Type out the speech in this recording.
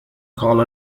call